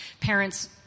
parents